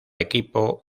equipo